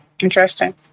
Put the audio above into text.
Interesting